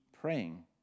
praying